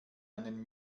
einen